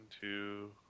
two